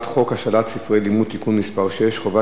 לימוד (תיקון מס' 6) (חובת קיום הצבעה),